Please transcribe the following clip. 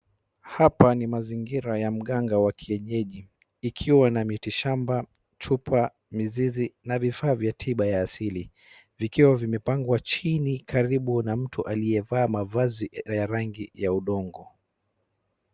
Mazingira ya mganga wa kienyeji ikiwa na miti shamba, chupa, mizizi na vifaa vya tiba ya asili, vikiwa vimepangwa chini karibu na mtu aliyevaa mavazi ya rangi ya udongo.